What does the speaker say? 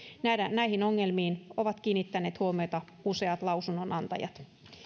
näihin ongelmiin ovat kiinnittäneet huomiota useat lausunnonantajat